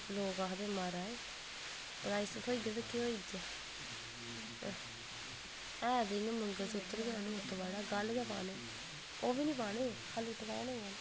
लोग आखदे म्हाराज प्राइज थ्होइया ते केह् होइया हं ऐ ते इ'यां मंगलसुत्र गै नी उत्त बड़ा गल गै पाने ओह् बी निं पाने खा'ल्ली टकाने गै न